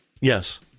Yes